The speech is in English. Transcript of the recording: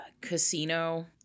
casino